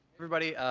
everybody.